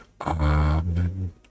amen